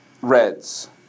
Reds